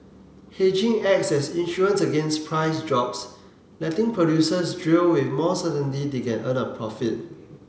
hedging acts as insurance against price drops letting producers drill with more certainty they can earn a profit